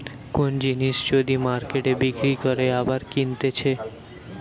কোন জিনিস যদি মার্কেটে বিক্রি করে আবার কিনতেছে